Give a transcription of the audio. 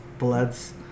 Bloods